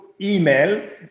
email